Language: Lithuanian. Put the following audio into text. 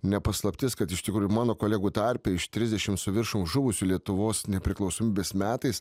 ne paslaptis kad iš tikrųjų mano kolegų tarpe iš trisdešimts su viršum žuvusių lietuvos nepriklausomybės metais